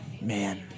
man